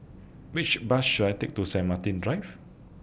Which Bus should I Take to Saint Martin Drive